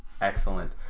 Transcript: excellent